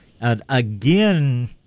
again